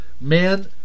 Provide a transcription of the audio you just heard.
man